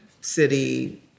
city